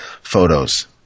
photos